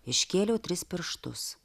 iškėliau tris pirštus